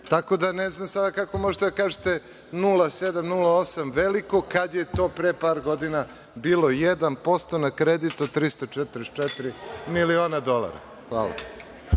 Tako da, ne znam sada kako možete da kažete 0,7, 0,8 veliko, kad je to pre par godina bilo 1% na kredit od 344 miliona dolara. Hvala.